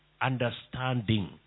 understanding